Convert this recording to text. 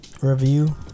review